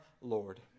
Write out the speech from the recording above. Lord